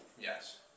yes